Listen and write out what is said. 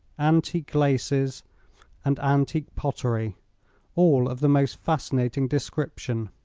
antique laces and antique pottery all of the most fascinating description.